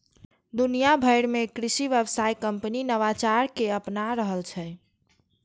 दुनिया भरि मे कृषि व्यवसाय कंपनी नवाचार कें अपना रहल छै